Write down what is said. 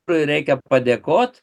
reikia padėkot